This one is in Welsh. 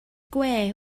gwe